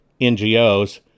NGOs